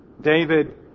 David